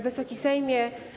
Wysoki Sejmie!